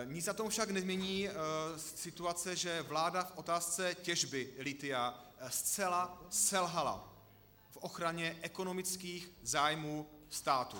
Nic na tom však nemění situace, že vláda v otázce těžby lithia zcela selhala v ochraně ekonomických zájmů státu.